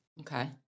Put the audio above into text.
Okay